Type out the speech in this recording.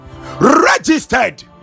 registered